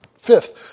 Fifth